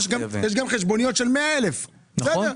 יש גם חשבוניות של 100,000. נכון.